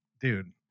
Dude